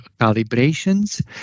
calibrations